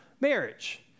marriage